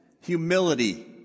humility